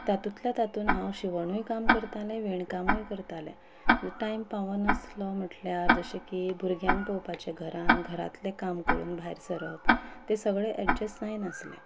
तातूंतल्या तातून हांव शिवणय काम करतालें विणकामूय करतालें टायम पावनासलो म्हटल्यार जशे की भुरग्यांक पळोवपाचें घरांतलें काम करून भायर सरप तें सगळें ए़डजस्ट जायनासलें